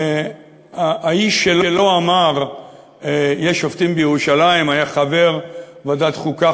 האיש שלא אמר "יש שופטים בירושלים" היה חבר בוועדת החוקה,